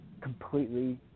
completely